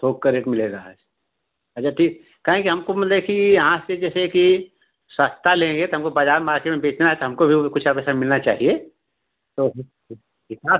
थोक का रेट मिलेगा है अच्छा ठीक काहे कि हमको मतलब कि यहाँ से जैसे कि सस्ता लेंगे तो हमको बजार मार्केट में बेचना है तो हमको भी कुछ पैसा मिलना चाहिए तो कितना